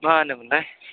मा होनोमोनलाय